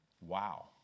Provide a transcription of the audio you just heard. Wow